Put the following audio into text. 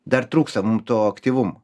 dar trūksta mum to aktyvumo